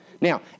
Now